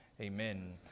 Amen